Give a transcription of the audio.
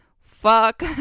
fuck